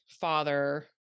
father